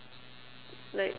like